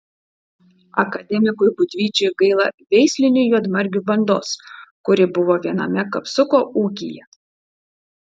akademikui būdvyčiui gaila veislinių juodmargių bandos kuri buvo viename kapsuko ūkyje